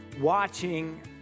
watching